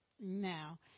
Now